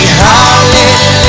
hallelujah